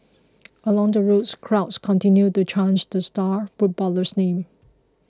along the route crowds continued to chant the star footballer's name